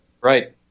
Right